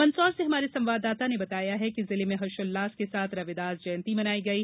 मंदसौर से हमारे संवाददाता ने बताया है कि जिले में हर्षोल्लास के साथ रविदास जयंती मनायी गयी